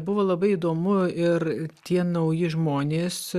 buvo labai įdomu ir tie nauji žmonės